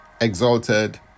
exalted